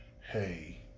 hey